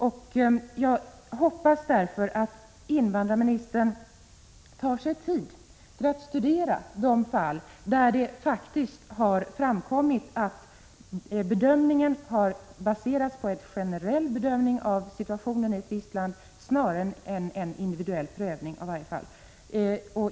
Jag hoppas därför att invandrarministern tar sig tid att studera de fall där det faktiskt har förekommit att bedömningen har baserats på en generell bedömning av situationen i ett visst land snarare än på en individuell prövning av fallet.